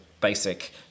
basic